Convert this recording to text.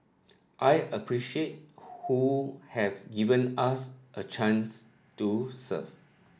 I appreciate who have given us a chance to serve